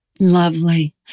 Lovely